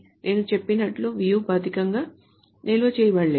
నేను చెప్పినట్లు view భౌతికంగా నిల్వ చేయబడలేదు